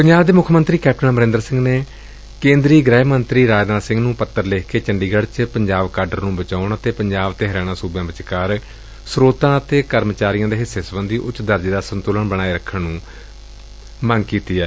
ਪੰਜਾਬ ਦੇ ਮੁੱਖ ਮੰਤਰੀ ਕੈਪਟਨ ਅਮਰੰਦਰ ਸਿੰਘ ਨੇ ਗ੍ਰਹਿ ਮੰਤਰੀ ਰਾਜਨਾਥ ਸਿੰਘ ਨੂੰ ਪੱਤਰ ਲਿਖ ਕੇ ਚੰਡੀਗੜ ਵਿੱਚ ਪੰਜਾਬ ਕਾਡਰ ਨੂੰ ਬਚਾਉਣ ਅਤੇ ਪੰਜਾਬ ਤੇ ਹਰਿਆਣਾ ਸੁਬਿਆਂ ਵਿੱਚਕਾਰ ਸਰੋਤਾਂ ਅਤੇ ਕਰਮਚਾਰੀਆਂ ਦੇ ਹਿੱਸੇ ਸਬੰਧੀ ਉੱਚ ਦਰਜੇ ਦਾ ਸੰਤੁਲਨ ਬਣਾਏ ਰੱਖਣ ਨੂੰ ਯੱਕੀਨੀ ਬਣਾਉਣ ਦੀ ਮੰਗ ਕੀਤੀ ਏ